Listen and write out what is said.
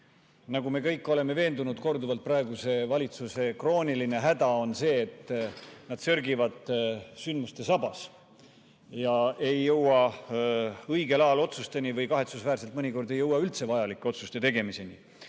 Nagu me kõik oleme veendunud korduvalt, praeguse valitsuse krooniline häda on see, et nad sörgivad sündmuste sabas, ei jõua õigel ajal otsusteni ja kahetsusväärselt mõnikord ei jõua üldse vajalike otsuste tegemiseni.